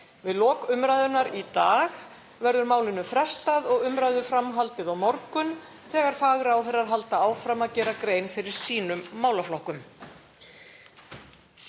Við lok umræðunnar í dag verður málinu frestað og umræðunni fram haldið á morgun þegar fagráðherrar halda áfram að gera grein fyrir sínum málaflokkum.